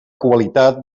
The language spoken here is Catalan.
qualitat